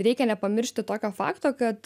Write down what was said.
reikia nepamiršti tokio fakto kad